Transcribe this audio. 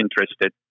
interested